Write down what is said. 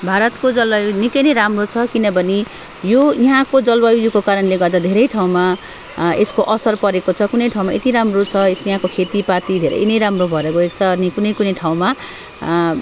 भारतको जलवायु निकै नै राम्रो छ किनभने यो यहाँको जलवायुको कारणले गर्दा धेरै ठाउँमा यसको असर परेको छ कुनै ठाउँमा यति राम्रो छ यहाँको खेतीपाती धेरै नै राम्रो भएर गएको छ अनि कुनै कुनै ठाउँमा